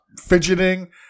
fidgeting